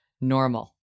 normal